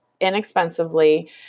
Inexpensively